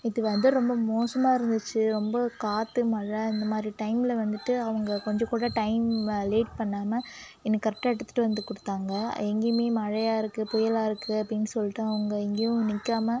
நேற்று வெதர் ரொம்ப மோசமாக இருந்துச்சு ரொம்ப காற்று மழை இந்த மாதிரி டைமில் வந்துட்டு அவங்க கொஞ்சம் கூட டைம் லேட் பண்ணாமல் எனக்கு கரெட்டாக எடுத்துகிட்டு வந்து கொடுத்தாங்க எங்கேயுமே மழையாக இருக்குது புயலாக இருக்குது அப்படின் சொல்லிட்டு அவங்க எங்கேயும் நிற்காம